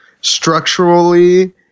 structurally –